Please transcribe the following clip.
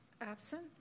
Absent